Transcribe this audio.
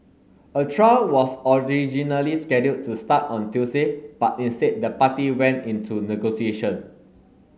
a trial was originally scheduled to start on Tuesday but instead the party went into negotiation